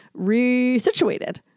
resituated